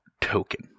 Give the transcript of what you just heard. Token